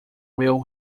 will